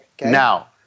Now